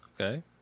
okay